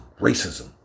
racism